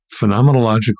phenomenological